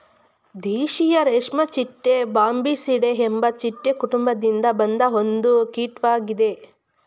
ದೇಶೀಯ ರೇಷ್ಮೆಚಿಟ್ಟೆ ಬಾಂಬಿಸಿಡೆ ಎಂಬ ಚಿಟ್ಟೆ ಕುಟುಂಬದಿಂದ ಬಂದ ಒಂದು ಕೀಟ್ವಾಗಿದೆ